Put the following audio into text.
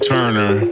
Turner